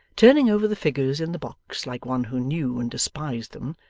turning over the figures in the box like one who knew and despised them,